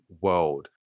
world